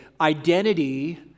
identity